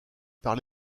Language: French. par